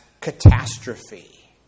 catastrophe